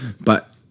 but-